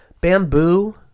bamboo